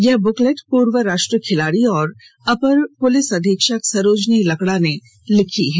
यह ब्रेकलेट पूर्व राष्ट्रीय खिलाड़ी और अपर पुलिस अधीक्षक सरोजनी लकड़ा ने लिखी है